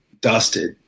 dusted